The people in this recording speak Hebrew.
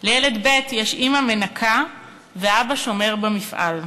לילד ב' יש אימא מנקה ואבא שומר במפעל.